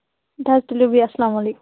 اَدٕ حظ تُلِو بِہِو اَسلام علیکُم